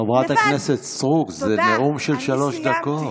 חברת הכנסת סטרוק, זה נאום של שלוש דקות.